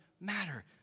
matter